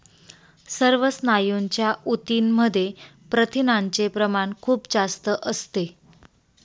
सर्व स्नायूंच्या ऊतींमध्ये प्रथिनांचे प्रमाण खूप जास्त असते